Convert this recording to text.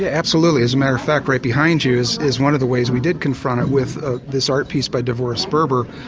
absolutely, as a matter of fact right behind you is is one of the ways we did confront with ah this art piece by devorah sperber.